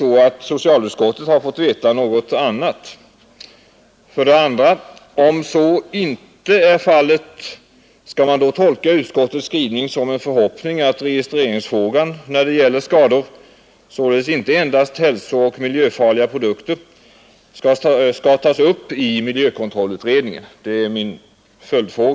Har socialutskottet fått några nya uppgifter härom? Jag vill också ställa en följdfråga: Om så inte är fallet, skall man då tolka utskottets skrivning som en förhoppning att frågan om registrering av skador, således inte endast av hälsooch miljöfarliga produkter, skall tas upp av miljökontrollutredningen?